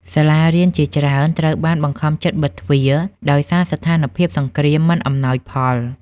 សាលារៀនជាច្រើនត្រូវបង្ខំចិត្តបិទទ្វារដោយសារស្ថានភាពសង្គ្រាមមិនអំណោយផល។